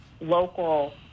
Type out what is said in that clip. local